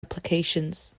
applications